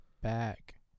back